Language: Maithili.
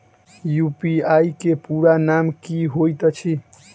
यु.पी.आई केँ पूरा नाम की होइत अछि?